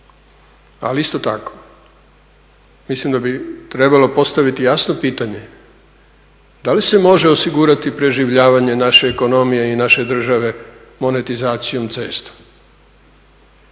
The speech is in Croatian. ali isto tako mislim da bi trebalo postaviti jasno pitanje, da li se može osigurati preživljavanje naše ekonomije i naše države monetizacijom cesta.